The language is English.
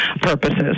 purposes